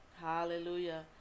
Hallelujah